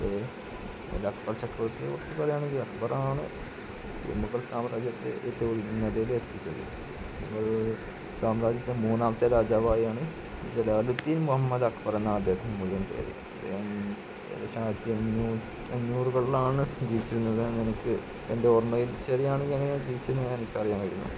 അക്ബർ ചക്രവർത്തിയെ കുറിച്ച് പറയുവാണെങ്കിൽ അക്ബറാണ് ഈ മുഗൾ സാമ്രാജ്യത്തെ ഏറ്റവും ഉന്നതിയിൽ എത്തിച്ചത് മുഗൾ സാമ്രാജ്യത്തിലെ മൂന്നാമത്തെ രാജാവായാണ് ജലാലുദ്ദീൻ മുഹമ്മദ് അക്ബർ എന്നാണ് അദ്ദേഹത്തിൻ്റെ മുഴുവൻ പേര് അദ്ദേഹം ഏകദേശം ആയിരത്തി അഞ്ഞൂറുകളിലാണ് ജീവിച്ചിരുന്നത് എന്ന് എനിക്ക് എൻ്റെ ഓർമ്മയിൽ ശരിയാണെങ്കില് അങ്ങനെയാണ് ജീവിച്ചിരുന്നത് എനിക്ക് അറിയാൻ കഴിയുന്നത്